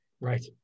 Right